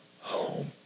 home